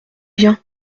bien